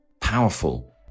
powerful